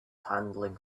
handling